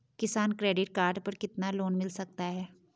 किसान credit card पर कितना लोंन मिल सकता है?